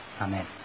Amen